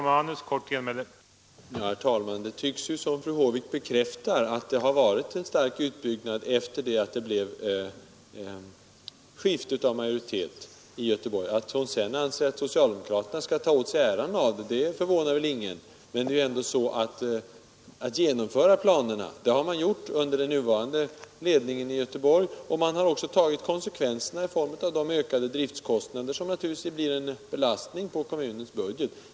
Herr talman! Det tycks som om fru Håvik bekräftar att det har varit en stark utbyggnad på detta område efter skiftet av majoritet i Göteborg. Att hon sedan anser att socialdemokraterna ändå skall ta åt sig äran för det förvånar väl ingen. Det är dock den nuvarande ledningen i Göteborg som har genomfört planerna, och den har också tagit konsekvenserna i form av de ökade driftkostnaderna, som naturligtvis blir en belastning på kommunens budget.